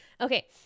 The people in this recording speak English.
okay